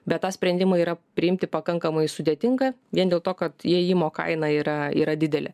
bet tą sprendimą yra priimti pakankamai sudėtinga vien dėl to kad įėjimo kaina yra yra didelė